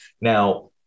Now